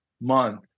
month